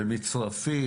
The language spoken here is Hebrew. במצרפי,